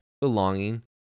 belonging